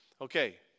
Okay